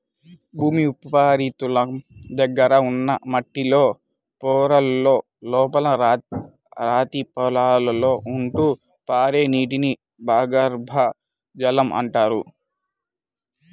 భూమి ఉపరితలం దగ్గరలో ఉన్న మట్టిలో పొరలలో, లోపల రాతి పొరలలో ఉంటూ పారే నీటిని భూగర్భ జలం అంటారు